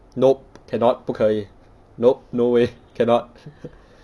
nop cannot 不可以 nop no way cannot